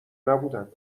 نبودم